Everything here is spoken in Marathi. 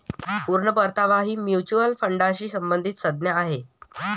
पूर्ण परतावा ही म्युच्युअल फंडाशी संबंधित संज्ञा आहे